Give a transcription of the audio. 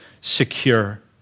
secure